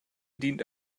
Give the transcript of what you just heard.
dient